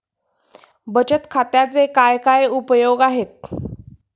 बचत खात्याचे काय काय उपयोग आहेत?